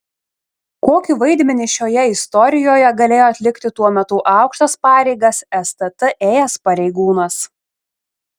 kokį vaidmenį šioje istorijoje galėjo atlikti tuo metu aukštas pareigas stt ėjęs pareigūnas